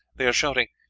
they are shouting,